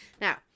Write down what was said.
Now